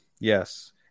Yes